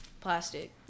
plastic